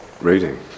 reading